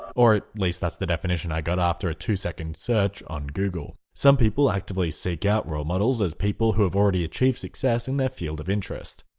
or at least that's the definition i got after a two second search on google. some people actively seek out role models as people who have already achieved success in their field of interest.